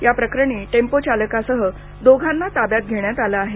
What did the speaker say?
याप्रकरणी टेम्पोचालकासह दोघांना ताब्यात घेण्यात आलं आहे